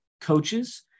coaches